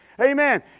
Amen